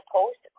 Post